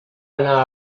anar